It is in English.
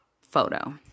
photo